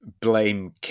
blame